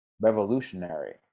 revolutionary